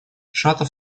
шатов